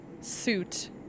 suit